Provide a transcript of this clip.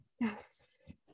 Yes